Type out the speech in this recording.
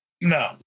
No